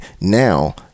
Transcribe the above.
Now